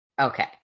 Okay